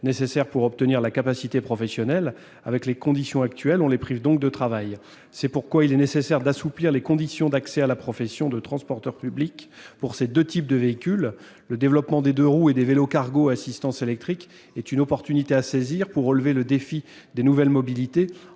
nécessaires pour obtenir la capacité professionnelle. Dans les conditions actuelles, on les prive donc de travail. C'est pourquoi il convient d'assouplir les conditions d'accès à la profession de transporteur public pour ces deux types de véhicules. Le développement des deux-roues et des vélos cargo à assistance électrique est une occasion à saisir pour relever le défi des nouvelles mobilités,